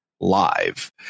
live